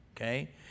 okay